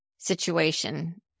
situation